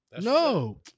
No